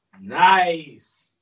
Nice